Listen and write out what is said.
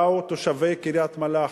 באו תושבי קריית-מלאכי,